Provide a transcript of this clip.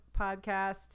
podcast